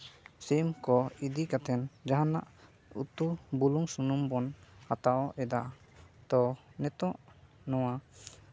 ᱥᱤᱢ ᱠᱚ ᱤᱫᱤ ᱠᱟᱛᱮ ᱡᱟᱦᱟᱱᱟᱜ ᱩᱛᱩ ᱵᱩᱞᱩᱝ ᱥᱩᱱᱩᱢ ᱵᱚᱱ ᱦᱟᱛᱟᱣ ᱮᱫᱟ ᱛᱚ ᱱᱤᱛᱚᱜ ᱱᱚᱣᱟ